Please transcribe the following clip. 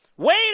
Wait